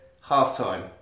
half-time